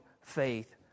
faith